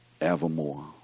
evermore